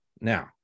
now